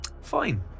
fine